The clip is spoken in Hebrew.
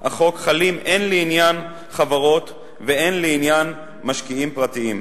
החוק חלים הן לעניין חברות והן לעניין משקיעים פרטיים.